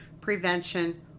prevention